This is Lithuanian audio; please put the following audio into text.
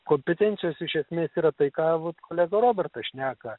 kompetencijos iš esmės yra tai ką vat kolega robertas šneka